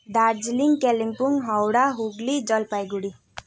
Darjeeling Kalimpong Howrah Hooghly Jalpaiguri